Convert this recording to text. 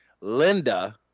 Linda